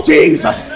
Jesus